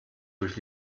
durch